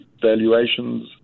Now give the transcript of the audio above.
valuations